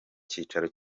cyicaro